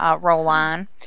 roll-on